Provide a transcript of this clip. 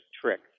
trick